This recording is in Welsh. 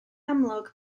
amlwg